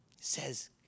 says